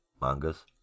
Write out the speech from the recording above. Mangas